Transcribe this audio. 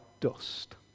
dust